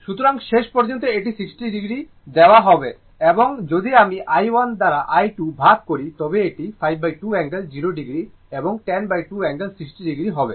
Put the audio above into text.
সুতরাং শেষ পর্যন্ত এটি 60o দেওয়া হবে এবং যদি আমি i1 দ্বারা i2 ভাগ করি তবে এটি 52 অ্যাঙ্গেল 0o এবং 102 অ্যাঙ্গেল 60o হবে